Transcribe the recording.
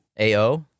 AO